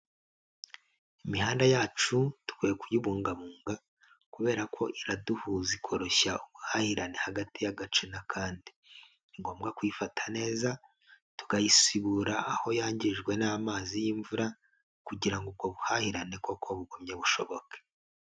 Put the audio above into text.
Imihanda yacu dukwiye kuyibungabunga kubera ko iraduhuza ikoroshya ubuhahirane hagati y'agace n'akandi, ni ngombwa kuyifata neza, tukayisibura aho yangijwe n'amazi y'imvura kugira ubwo buhahirane koko bugumye bushoboke.